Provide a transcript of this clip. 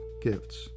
gifts